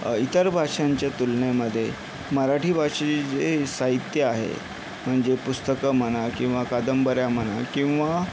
इतर भाषांच्या तुलनेमध्ये मराठी भाषेचे जे साहित्य आहे म्हणजे पुस्तकं म्हणा किंवा कादंबऱ्या म्हणा किंवा